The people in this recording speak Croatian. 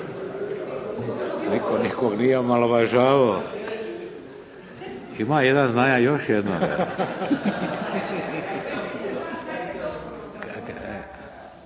Nitko nikoga nije omalovažavao. Ima jedan, znam ja još jednog.